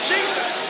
Jesus